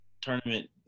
tournament